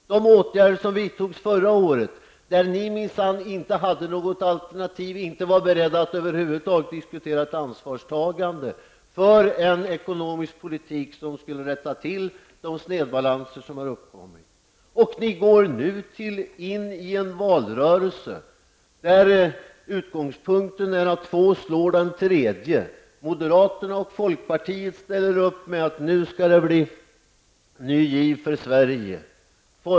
Beträffande de åtgärder som vidtogs förra året hade ni minsann inte något alternativ och var över huvud taget inte beredda att diskutera ett ansvarstagande för en ekonomisk politik som skulle rätta till de obalanser som hade uppkommit. Och ni går nu in i en valrörelse där utgångspunkten är att två slår den tredje. Moderaterna och folkpartiet säger att det nu skall bli en ny giv för Sverige.